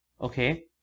okay